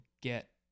get